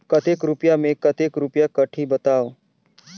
कतेक रुपिया मे कतेक रुपिया कटही बताव?